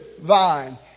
vine